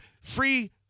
free